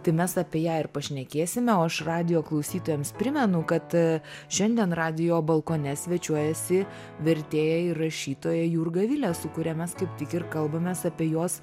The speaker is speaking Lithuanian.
tai mes apie ją ir pašnekėsime o aš radijo klausytojams primenu kad šiandien radijo balkone svečiuojasi vertėja ir rašytoja jurga vilė su kuria mes kaip tik ir kalbamės apie jos